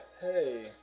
Hey